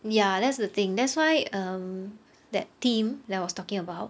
ya that's the thing that's why um that team that I was talking about